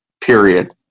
period